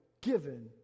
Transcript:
given